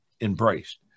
embraced